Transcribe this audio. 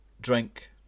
drink